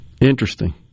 Interesting